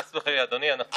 אדוני.